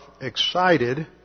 excited